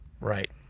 Right